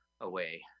away